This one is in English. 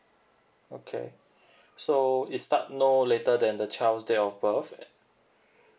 okay so is start no later than the child's date of birth